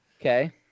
Okay